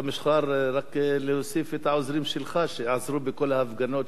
רק להוסיף את העוזרים שלך שעזרו בכל ההפגנות של המנועים.